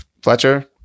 Fletcher